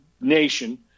nation